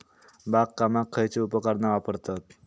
बागकामाक खयची उपकरणा वापरतत?